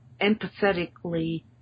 empathetically